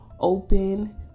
open